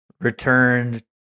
returned